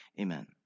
Amen